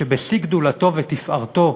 שבשיא גדולתו ותפארתו,